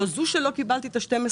לא זו בלבד שלא קיבלתי את ה-12,000,